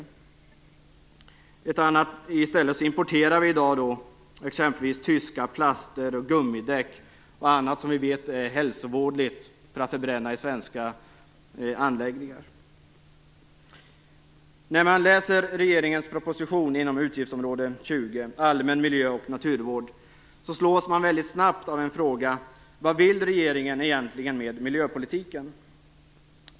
I stället importerar vi i dag exempelvis tyska plaster, gummidäck och annat som vi vet är hälsovådligt för att förbränna det i svenska anläggningar. När man läser regeringens proposition inom utgiftsområde 20, allmän miljö och naturvård, slås man väldigt snabbt av en fråga. Vad vill regeringen egentligen med miljöpolitiken?